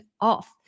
off